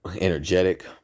energetic